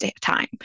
time